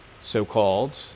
so-called